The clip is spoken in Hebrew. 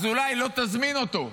אז אולי לא תזמין אותו,